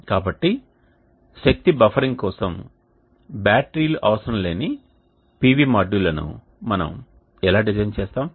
కాబట్టి శక్తి బఫరింగ్ కోసం బ్యాటరీలు అవసరం లేని PV మాడ్యూల్లను మనం ఎలా డిజైన్ చేస్తాము